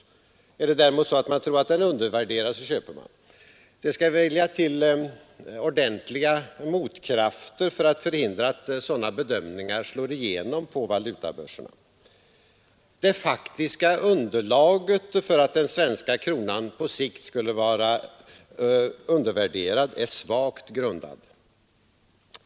Är det däremot så att man tror att den är undervärderad, köper man. Det skall vilja till ordentliga motkrafter för att förhindra att sådana bedömningar slår igenom på valutabörserna. Det faktiska underlaget för att den svenska kronan på sikt skulle vara undervärderad är svagt.